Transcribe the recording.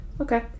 Okay